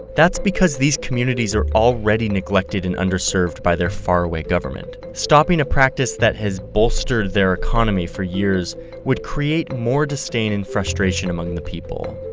that's because these communities are already neglected and underserved by their faraway government. stopping a practice that has bolstered their economy for years would create more disdain and frustration among the people.